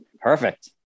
Perfect